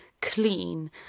clean